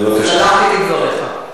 סלחתי כדבריך.